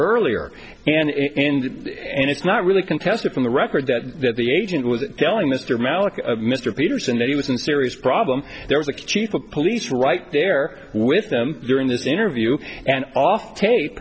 earlier and and and it's not really contested from the record that that the agent was telling mr mallock mr peterson that he was in serious problem there was a chief of police right there with them during this interview and off tape